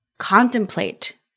contemplate